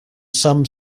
some